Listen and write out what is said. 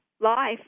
life